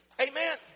Amen